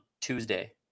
tuesday